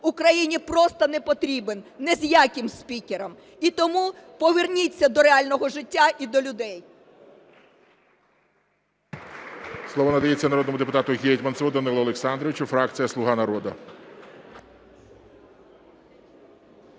Україні просто не потрібен, ні з яким спікером. І тому поверніться до реального життя і до людей!